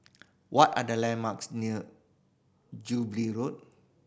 what are the landmarks near Jubilee Road